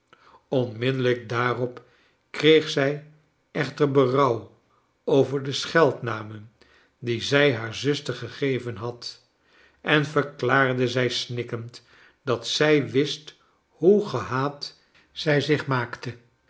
onmiddellijk daarop kreeg zrj center berouw over de scheldnamen die zij haar zuster gegeven had en verklaarde zij snikkend dat zij wist hoe gehaat zij zich maakte